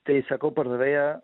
tai sakau pardavėja